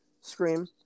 Scream